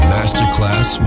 Masterclass